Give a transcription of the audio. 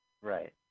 Right